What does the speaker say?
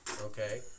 okay